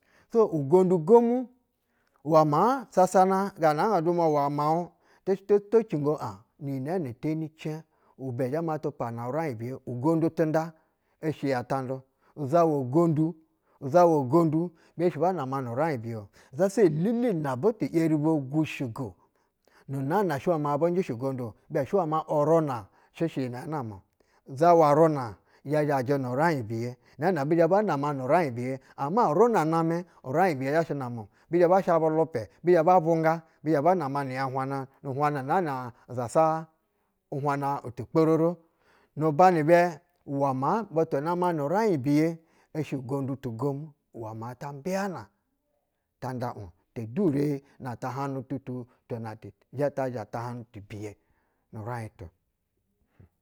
Tso ngonƌu gomu uwɛ maa sasana ganana nga dumula uwɛ miauɧ tɛ shɛ to cingo aɧ ni yi nɛɛɛ nɛ teni cɛɧ ibɛ izhɛ natu pana uraiɧ biye. Ugondu tinƌa i shɛ iyi atacudu, uzuwa gonƌu, zawa gonƌu be erishi ba nama nu raiɧ biye. Zasa iyi lele na butu eri bogushigo zawa gendu inɛɛnɛ oshɛ wɛ maa bunjɛ shɛ gondu-o. Ibɛ shɛ wɛ ma uruna shɛ shɛ yanama-o. Zawa runa, ya zhajɛ nu raiɧ biye. Bi zhɛ ba nama nu raiɧ biye. Ama runa namɛ uraiɧ biye zhashɛ name-o. Bi zhɛ ba sha bu lupɛ, bizhɛ ba vunga bizhɛ ba nama ni nya hwana nu hwana naana zasa uhwana utu kpororo. Nuba nu bɛ uwɛ maa butu nama nu raiɧ biye ishɛ titeni tuko uwɛ ma ba mbiyana ba nƌa iɧ tedure natahaɧnu tututu na ti zhɛ ta tahabnu raiɧ tu.